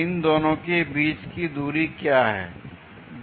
इन दोनों के बीच की दूरी क्या है